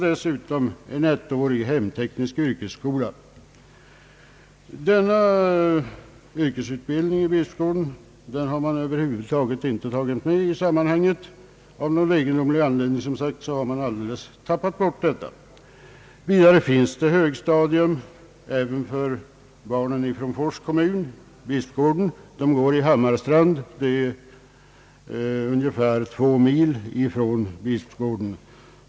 Dessutom finns en ettårig hemteknisk yrkesskola. Denna yrkesutbildning vid Bispgården har utredningen, som jag sade, av någon egendomlig anledning alldeles tappat bort. Vidare finns en skola med högstadium också för barnen i Fors kommun, nämligen i Hammarstrand, ungefär två mil från Bispgården.